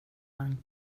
han